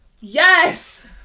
Yes